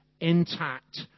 intact